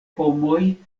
homoj